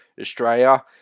Australia